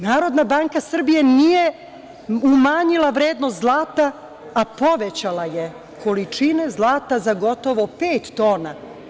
Narodna banka Srbije nije umanjila vrednost zlata, a povećala je količine zlata za gotovo pet tona.